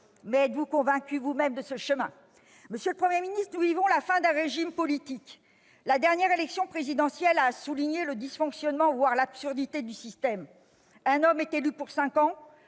Mais êtes-vous convaincu, vous-même, qu'il faut prendre ce chemin ? Monsieur le Premier ministre, nous vivons la fin d'un régime politique. La dernière élection présidentielle a souligné le dysfonctionnement, voire l'absurdité, du système. Un homme est élu pour cinq ans,